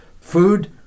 food